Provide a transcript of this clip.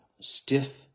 stiff